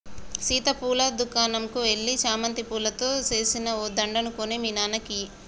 సీత పూల దుకనంకు ఎల్లి చామంతి పూలతో సేసిన ఓ దండ కొని మీ నాన్నకి ఇయ్యి